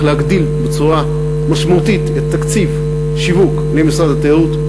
להגדיל בצורה משמעותית את תקציב השיווק של משרד התיירות,